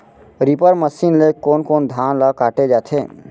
Reaper machine ले कोन कोन धान ल काटे जाथे?